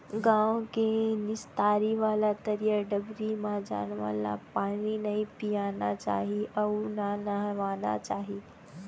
गॉँव के निस्तारी वाला तरिया डबरी म जानवर ल पानी नइ पियाना चाही अउ न नहवाना चाही